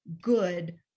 good